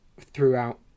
throughout